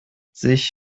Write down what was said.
sich